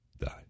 die